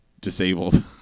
disabled